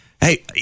hey